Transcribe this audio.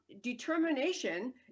determination